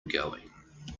going